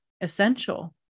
essential